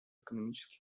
экономические